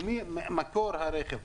מה מקור הרכב?